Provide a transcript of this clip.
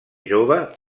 jove